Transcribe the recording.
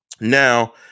Now